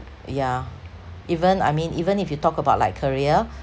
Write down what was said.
yeah even I mean even if you talk about like career